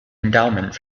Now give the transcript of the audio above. endowment